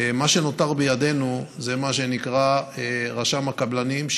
מה שנותר בידינו זה מה שנקרא רשם הקבלנים,